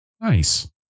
Nice